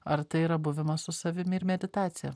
ar tai yra buvimas su savimi ir meditacija